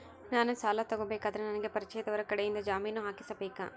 ನಾನು ಸಾಲ ತಗೋಬೇಕಾದರೆ ನನಗ ಪರಿಚಯದವರ ಕಡೆಯಿಂದ ಜಾಮೇನು ಹಾಕಿಸಬೇಕಾ?